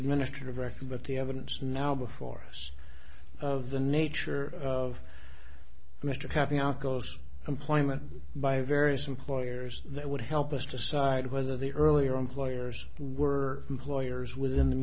administrative record but the evidence now before us of the nature of mr having outgoes employment by various employers that would help us decide whether the earlier employers were employers within the